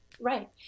Right